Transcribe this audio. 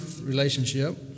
relationship